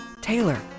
Taylor